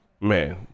man